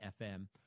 FM